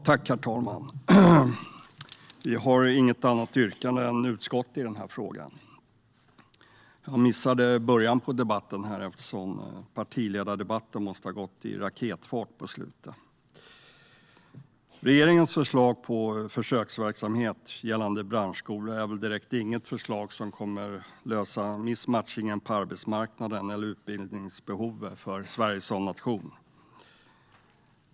Herr talman! Jag yrkar inte bifall till något annat än utskottets förslag. Regeringens förslag på försöksverksamhet med branschskolor kommer väl inte direkt att lösa missmatchningen på arbetsmarknaden eller utbildningsbehovet för Sverige som nation.